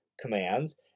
commands